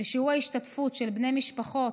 ושיעור ההשתתפות של בני משפחות